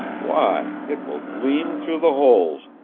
why, it will gleam through the holes,